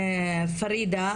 פרידה,